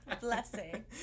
Blessing